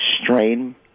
strain